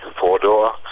four-door